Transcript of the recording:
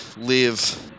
live